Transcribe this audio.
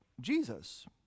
jesus